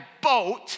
boat